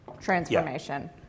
transformation